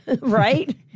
Right